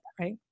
right